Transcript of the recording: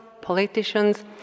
politicians